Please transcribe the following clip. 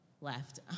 left